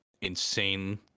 insane